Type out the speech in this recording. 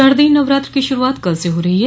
शारदीय नवरात्र की श्रूआत कल से हो रही है